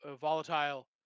volatile